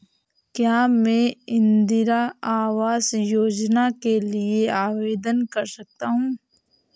क्या मैं इंदिरा आवास योजना के लिए आवेदन कर सकता हूँ?